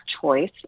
choice